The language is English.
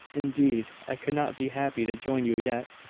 indeed, i could not be happy to join you yet.